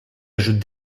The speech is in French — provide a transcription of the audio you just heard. ajoute